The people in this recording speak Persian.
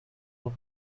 خوب